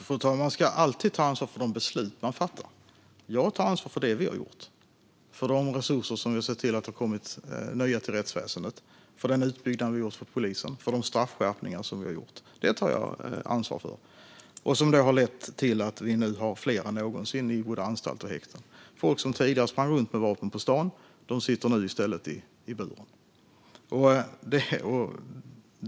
Fru talman! Man ska alltid ta ansvar för de beslut man fattar. Jag tar ansvar för det som vi har gjort, för de nya resurser som vi har sett till har kommit till rättsväsendet, för den utbyggnad som vi har gjort av polisen och för de straffskärpningar som vi har gjort. Det tar jag ansvar för. Det har lett till att vi nu har fler än någonsin i både anstalter och häkten. Folk som tidigare sprang runt med vapen på stan sitter nu i stället i buren.